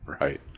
Right